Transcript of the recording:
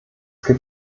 gibt